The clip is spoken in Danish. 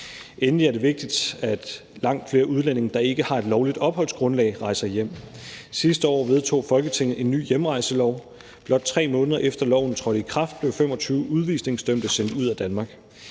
Endelig er det vigtigt, at langt flere udlændinge, der ikke har et lovligt opholdsgrundlag, rejser hjem. Sidste år vedtog Folketinget en ny hjemrejselov. Blot 3 måneder efter at loven trådte i kraft, blev 25 udvisningsdømte sendt ud af Danmark.